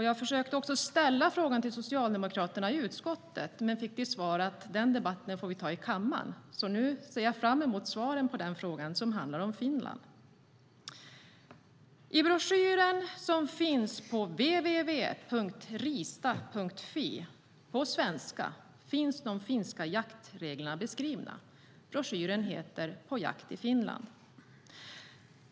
Jag försökte ställa frågan till Socialdemokraterna i utskottet, men jag fick till svar att vi får ta den debatten i kammaren. Nu ser jag fram emot svaren på frågan om Finland. I broschyren som finns på www.riista.fi på svenska finns de finska jaktreglerna beskrivna. Broschyren heter På jakt i Finland .